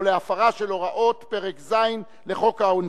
או להפרה של הוראות פרק ז' לחוק העונשין,